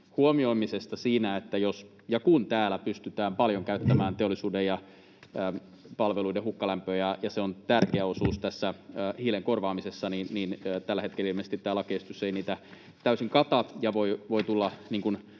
huomioimisesta: jos ja kun täällä pystytään paljon käyttämään teollisuuden ja palveluiden hukkalämpöä ja se on tärkeä osuus hiilen korvaamisessa, niin tällä hetkellä ilmeisesti tämä lakiesitys ei niitä täysin kata ja voi tulla